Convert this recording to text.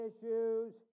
issues